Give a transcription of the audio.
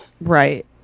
right